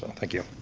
and thank you.